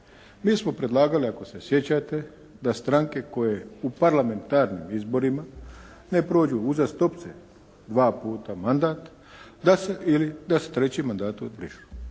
Mi smo predlagali ako se sjećate, da stranke koje u parlamentarnim izborima ne prođu uzastopce dva puta mandat, da se treći mandat brišu.